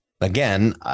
again